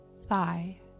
thigh